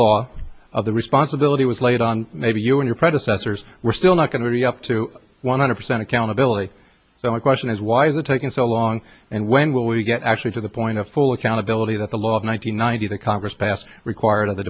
law of the responsibility was laid on maybe you and your predecessors were still not going to be up to one hundred percent accountability so my question is why is it taking so long and when will we get actually to the point of full accountability that the law one hundred ninety that congress passed required of the